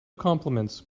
compliments